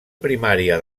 primària